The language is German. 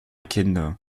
kinder